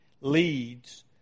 leads